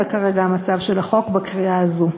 זה כרגע המצב של החוק בקריאה הזו.